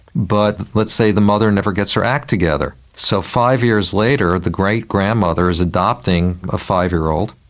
but let's say the mother never gets her act together. so five years later the great-grandmother is adopting a five-year-old,